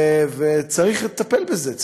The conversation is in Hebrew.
צריך לטפל בזה.